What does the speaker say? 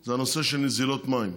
זה הנושא של נזילות מים.